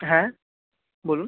হ্যাঁ বলুন